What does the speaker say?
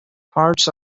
parts